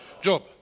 Job